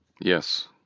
Yes